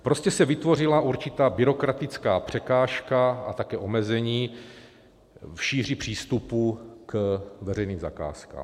Prostě se vytvořila určitá byrokratická překážka a také omezení v šíři přístupu k veřejným zakázkám.